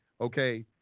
Okay